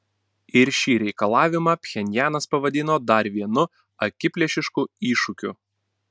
ir šį reikalavimą pchenjanas pavadino dar vienu akiplėšišku iššūkiu